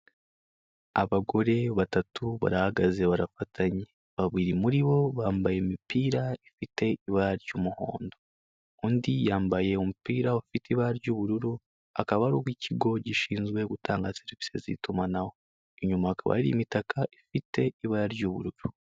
Abagore 3 barahagaze barafatanye babiri muri bo bambaye imipira ifite ibara ry'umuhondo undi yambaye umupira ufite ibara ry'ubururu akaba ari uw'ikigo gishinzwe gutanga serivisi z'itumanaho inyuma hakaba ari imitaka ifite ibara ry'ubururu.